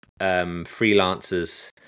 freelancers